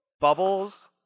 bubbles